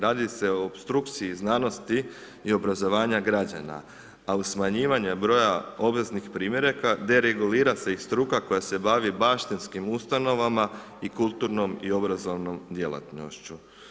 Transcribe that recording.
Radi se o opstrukciji znanosti i obrazovanja građana, ali smanjivanjem broja obveznih primjeraka, deregulira se i struka koja se bavi baštinskim ustanovama i kulturnom i obrazovnom djelatnošću.